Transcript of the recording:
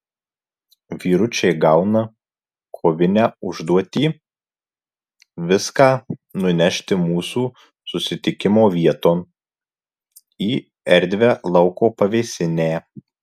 vyručiai gauna kovinę užduotį viską nunešti mūsų susitikimo vieton į erdvią lauko pavėsinę